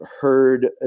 heard